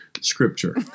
scripture